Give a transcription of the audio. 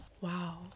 Wow